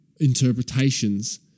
interpretations